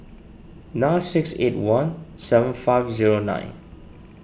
nine six eight one seven five zero nine